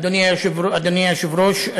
אדוני היושב-ראש,